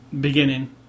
beginning